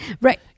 Right